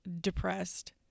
Depressed